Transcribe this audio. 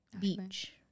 Beach